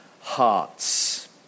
hearts